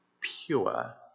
pure